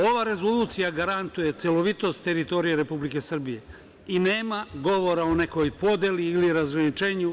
Ova Rezolucija garantuje celovitost teritorije Republike Srbije i nema govora o nekoj podeli ili razgraničenju.